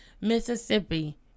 Mississippi